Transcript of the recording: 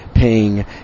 Paying